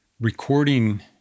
recording